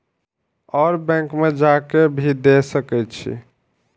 और बैंक में जा के भी दे सके छी?